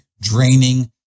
draining